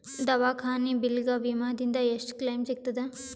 ದವಾಖಾನಿ ಬಿಲ್ ಗ ವಿಮಾ ದಿಂದ ಎಷ್ಟು ಕ್ಲೈಮ್ ಸಿಗತದ?